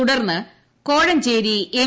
തുടർന്ന് കോഴഞ്ചരി എം